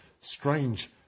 strange